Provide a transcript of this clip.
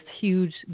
huge